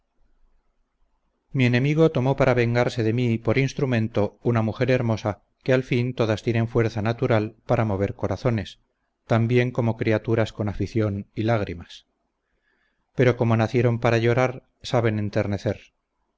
mi enemigo tomó para vengarse de mí por instrumento una mujer hermosa que al fin todas tienen fuerza natural para mover corazones tan bien como criaturas con afición y lágrimas pero como nacieron para llorar saben enternecer